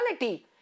reality